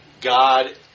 God